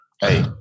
Hey